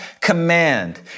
command